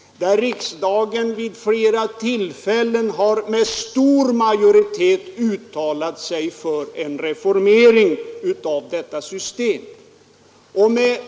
Riksdagen har vid flera tillfällen med stor majoritet uttalat sig för en reformering av detta system.